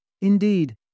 Indeed